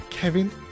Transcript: Kevin